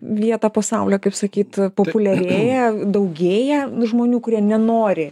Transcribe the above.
vietą po saule kaip sakyt populiarėja daugėja žmonių kurie nenori